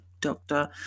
doctor